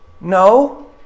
No